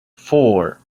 four